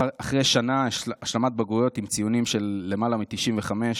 אחרי שנה של השלמת בגרויות עם ציונים של למעלה מ-95,